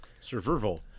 survival